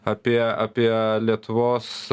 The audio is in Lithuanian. apie apie lietuvos